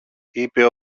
είπε